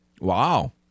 Wow